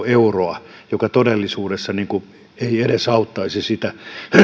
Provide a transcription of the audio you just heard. euroa joka todellisuudessa ei edes auttaisi sitä